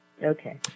Okay